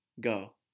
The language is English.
go